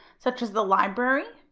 such as the library,